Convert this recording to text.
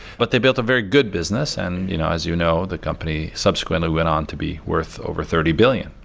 but they built a very good business. and you know as you know, the company subsequently went on to be worth over thirty billion.